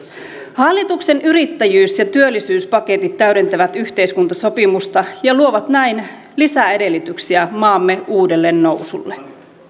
hallituksen yrittäjyys ja työllisyyspaketit täydentävät yhteiskuntasopimusta ja luovat näin lisää edellytyksiä maamme uudelle nousulle